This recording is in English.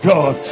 God